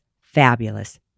fabulous